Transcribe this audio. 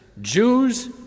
Jews